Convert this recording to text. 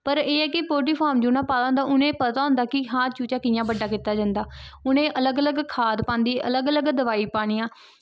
पर एह् ऐ कि जिनैं पोल्ट्री फार्म पा दा होंदा उ'नेंगी पता होंदा कि हां चूचा जि'यां बड्डा कीता जंदा उनेंगी अलग अलग खाध पानियां दवाई पानियां